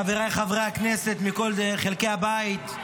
חבריי חברי הכנסת מכל חלקי הבית,